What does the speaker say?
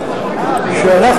אני מזכיר לך ש-45 יום